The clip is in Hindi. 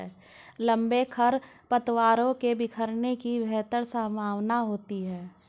लंबे खरपतवारों के बिखरने की बेहतर संभावना होती है